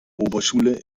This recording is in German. oberschule